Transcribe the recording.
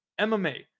MMA